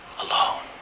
alone